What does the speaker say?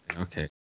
Okay